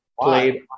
played